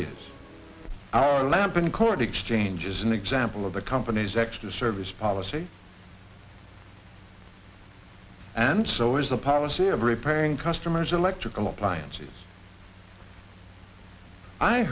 ideas our lamp in court exchange is an example of the company's extra service policy and so is the policy of repairing customer's electrical appliances i